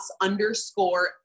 underscore